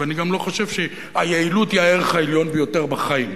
ואני גם לא חושב שהיעילות היא הערך העליון ביותר בחיים.